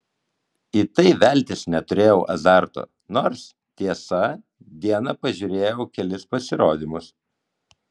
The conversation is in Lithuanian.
į tai veltis neturėjau azarto nors tiesa dieną pažiūrėjau kelis pasirodymus